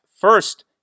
first